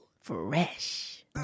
Fresh